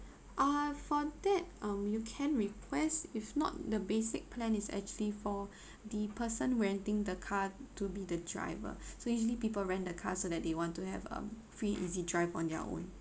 uh for that um you can request if not the basic plan is actually for the person renting the car to be the driver so usually people rent the car so that they want to have um free easy drive on their own